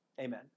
amen